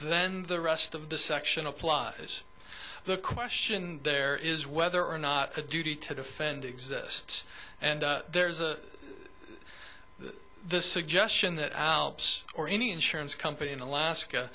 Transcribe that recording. then the rest of the section applies the question there is whether or not a duty to defend exists and there's a suggestion that alps or any insurance company in alaska